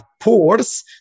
pores